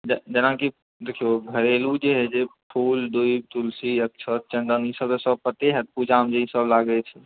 जेनाकि देखियौ घरेलु जे फूल दुभि तुलसी अक्षत चन्दन ई सब तऽ सब पते हाएत पूजामे जे ई सब लागै छै